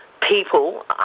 people